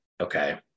okay